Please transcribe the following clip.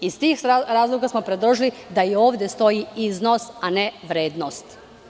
Iz tih razloga smo predložili da i ovde stoji "iznos" a ne "vrednost"